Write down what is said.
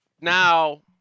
Now